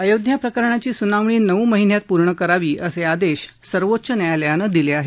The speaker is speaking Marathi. अयोध्या प्रकरणाची सुनावणी नऊ महिन्यात पूर्ण करावी असे आदेश सर्वोच्च न्यायालयानं दिले आहेत